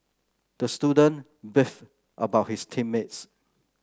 the student beefed about his team mates